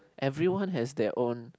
everyone has their own